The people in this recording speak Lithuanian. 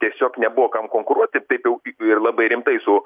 tiesiog nebuvo kam konkuruoti taip jau ir labai rimtai su